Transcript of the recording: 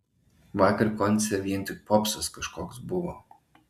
vakar konce vien tik popsas kažkoks buvo